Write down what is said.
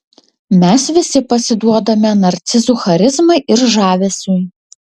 mes visi pasiduodame narcizų charizmai ir žavesiui